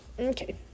Okay